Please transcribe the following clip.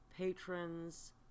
patrons